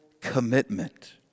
commitment